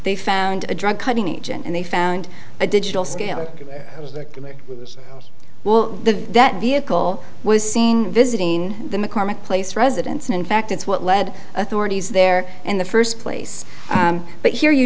they found a drug cutting agent and they found a digital scale of well the that vehicle was seen visiting the mccormick place residence and in fact it's what led authorities there in the first place but here you